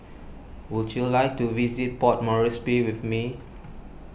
would you like to visit Port Moresby with me